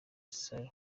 solly